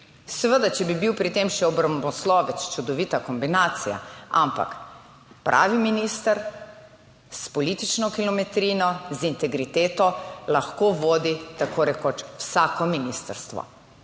seveda če bi bil pri tem še obramboslovec, čudovita kombinacija, ampak pravi minister s politično kilometrino, z integriteto lahko vodi tako rekoč vsako ministrstvo.